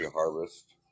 harvest